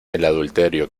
adulterio